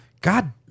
God